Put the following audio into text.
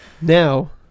now